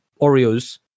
Oreos